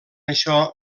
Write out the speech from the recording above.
això